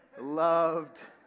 loved